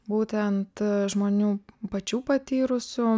būtent žmonių pačių patyrusių